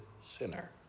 sinner